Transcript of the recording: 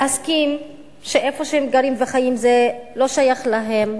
להסכים שאיפה שהם גרים וחיים זה לא שייך להם,